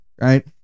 Right